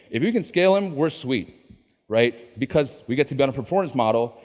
if we can scale them we're sweet right, because we get to be on a performance model.